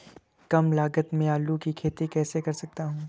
कम लागत में आलू की खेती कैसे कर सकता हूँ?